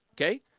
okay